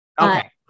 Okay